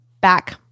back